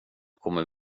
kommer